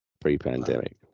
pre-pandemic